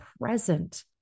present